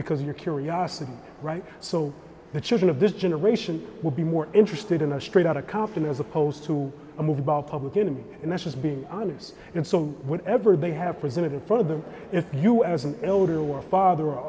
because your curiosity so that children of this generation will be more interested in a straight outta compton as opposed to a movie about public enemy and that's just being honest and so whatever they have presented in front of them if you as an elder or father